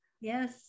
Yes